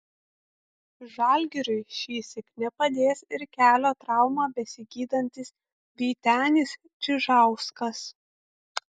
žalgiriui šįsyk nepadės ir kelio traumą besigydantis vytenis čižauskas